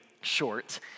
short